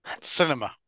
cinema